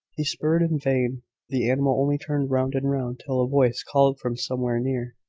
he spurred in vain the animal only turned round and round, till a voice called from somewhere near,